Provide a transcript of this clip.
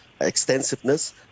extensiveness